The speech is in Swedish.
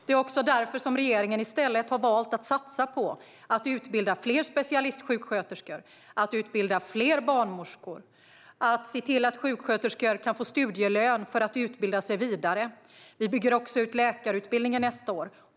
Det är därför som regeringen i stället har valt att satsa på att utbilda fler specialistsjuksköterskor och barnmorskor och att se till att sjuksköterskor kan få studielön för att utbilda sig vidare. Vi bygger också ut läkarutbildningen nästa år.